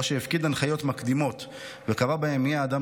או שהפקיד הנחיות מקדימות וקבע בהן מי האדם